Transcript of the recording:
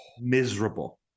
miserable